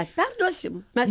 mes perduosim mes